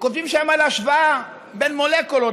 כותבים שם על השוואה בין מולקולות,